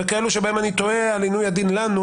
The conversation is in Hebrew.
וכאלו שבהם אני תוהה על עינוי הדין לנו,